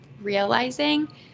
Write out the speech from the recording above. realizing